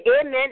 amen